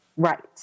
Right